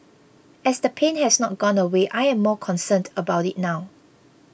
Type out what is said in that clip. as the pain has not gone away I am more concerned about it now